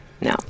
no